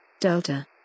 Delta